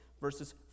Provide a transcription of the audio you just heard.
verses